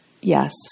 Yes